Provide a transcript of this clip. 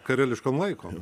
kareliškom laikom